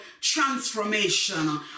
transformation